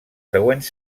següents